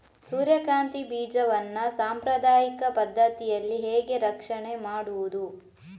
ಸೂರ್ಯಕಾಂತಿ ಬೀಜವನ್ನ ಸಾಂಪ್ರದಾಯಿಕ ಪದ್ಧತಿಯಲ್ಲಿ ಹೇಗೆ ರಕ್ಷಣೆ ಮಾಡುವುದು